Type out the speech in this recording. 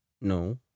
No